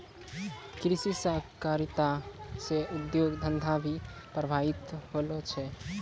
कृषि सहकारिता से उद्योग धंधा भी प्रभावित होलो छै